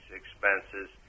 expenses